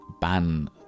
ban